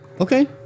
Okay